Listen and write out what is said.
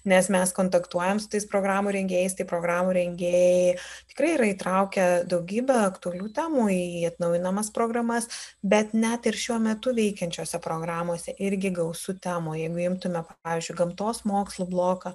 nes mes kontaktuojam su tais programų rengėjais tai programų rengėjai tikrai yra įtraukę daugybę aktualių temų į atnaujinamas programas bet net ir šiuo metu veikiančiose programose irgi gausu temų jeigu imtume pavyzdžiui gamtos mokslų bloką